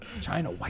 China